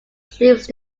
troops